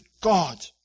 God